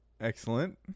Excellent